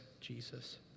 Jesus